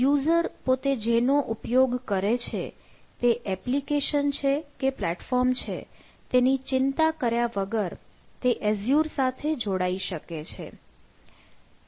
user પોતે જેનો ઉપયોગ કરે છે તે એપ્લિકેશન છે કે પ્લેટફોર્મ છે તેની ચિંતા કર્યા વગર એઝ્યુર સાથે જોડાઈ શકે છે